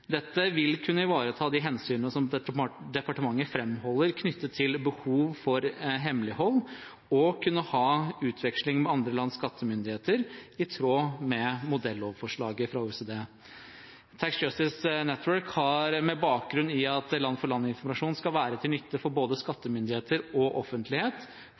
Dette vil kunne ivareta de hensynene som departementet framholder, knyttet til behov for hemmelighold og å kunne ha utveksling med andre lands skattemyndigheter i tråd med modellovforslaget fra OECD. Tax Justice Network har med bakgrunn i at land-for-land-informasjon skal være til nytte for både skattemyndigheter og offentlighet,